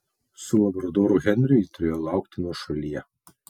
su labradoru henriu ji turėjo laukti nuošalyje